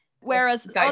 Whereas